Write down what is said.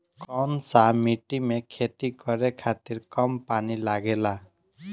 कौन सा मिट्टी में खेती करे खातिर कम पानी लागेला?